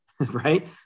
right